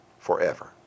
forever